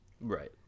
Right